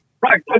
Right